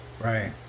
Right